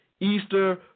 Easter